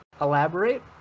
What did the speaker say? Elaborate